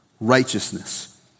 Righteousness